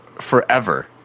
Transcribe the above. forever